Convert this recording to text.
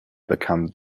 become